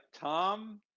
Tom